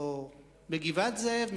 או בגבעת-זאב,